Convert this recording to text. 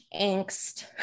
angst